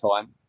time